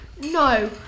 No